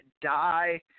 die